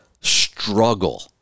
struggle